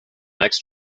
next